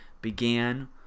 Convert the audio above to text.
began